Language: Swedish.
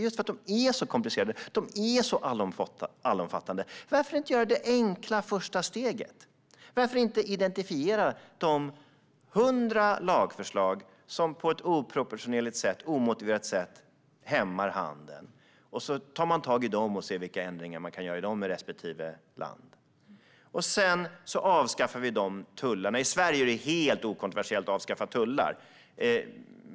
Men det är just för att de är så komplicerade och allomfattande. Varför inte göra det enklare vid det första steget? Varför inte identifiera de 100 lagförslag som på ett omotiverat sätt hämmar handeln? Sedan tar man tag i dem och ser vilka ändringar som kan göras i respektive land. Sedan avskaffar vi de tullarna. I Sverige är det helt okontroversiellt att avskaffa tullar.